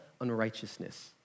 unrighteousness